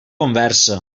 conversa